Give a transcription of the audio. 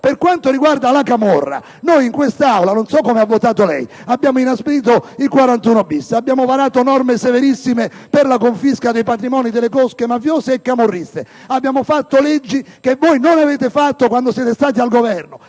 Per quanto riguarda la camorra, noi, in quest'Aula - non so come abbia votato lei - abbiamo inasprito le norme dell'articolo 41-*bis*; abbiamo varato misure severissime per la confisca dei patrimoni delle cosche mafiose e camorriste; abbiamo varato leggi che voi non avete fatto quando siete stati al Governo.